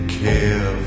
care